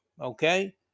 okay